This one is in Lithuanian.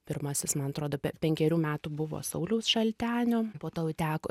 pirmasis man atrodo pe penkerių metų buvo sauliaus šaltenio po to jau teko